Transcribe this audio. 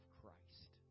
christ